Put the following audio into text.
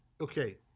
Okay